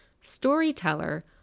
storyteller